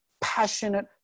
passionate